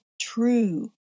true